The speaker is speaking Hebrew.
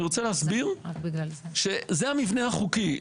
אני רוצה להסביר שזה המבנה החוקי.